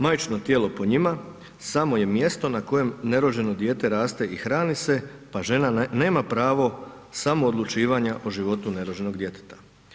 Majčino tijelo po njima samo je mjesto na kojem nerođeno dijete raste i hrani se pa žena nema pravo samoodlučivanja o životu nerođenog djeteta.